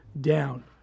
down